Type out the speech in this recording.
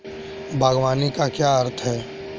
बागवानी का क्या अर्थ है?